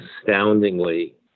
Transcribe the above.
astoundingly